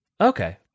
Okay